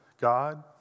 God